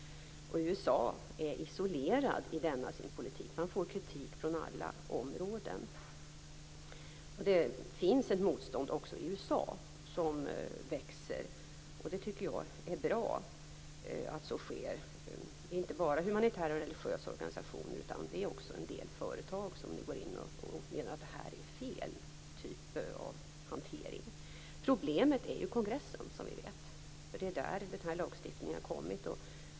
USA är isolerat i denna sin politik och får kritik på alla områden. Det finns ett motstånd också i USA som växer. Det tycker jag är bra. Det är inte bara humanitära och religiösa organisationer utan också en del företag som menar att det är fel typ av hantering. Problemet är ju kongressen, som vi vet. Det är där som den här lagstiftningen har kommit till.